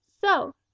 So